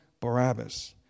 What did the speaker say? Barabbas